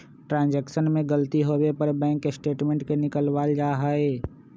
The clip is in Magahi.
ट्रांजेक्शन में गलती होवे पर बैंक स्टेटमेंट के निकलवावल जा हई